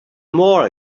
more